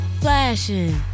flashing